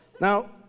Now